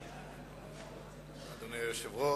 אדוני היושב-ראש,